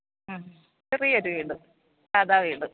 ആ ചെറിയൊരു വീട് സാധാരണ വീട്